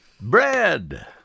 bread